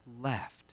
left